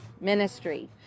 ministry